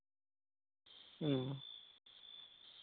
ᱦᱮᱸ